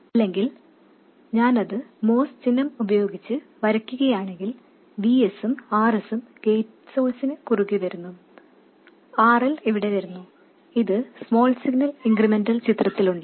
അല്ലെങ്കിൽ ഞാൻ അത് MOS ചിഹ്നം ഉപയോഗിച്ച് വരയ്ക്കുകയാണെങ്കിൽ Vs ഉം Rs ഉം ഗേറ്റ് സോഴ്സിന് കുറുകേ വരുന്നു RL ഇവിടെ വരുന്നു ഇത് സ്മോൾ സിഗ്നൽ ഇൻക്രിമെന്റൽ ചിത്രത്തിലുണ്ട്